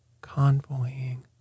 convoying